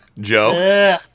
Joe